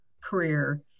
career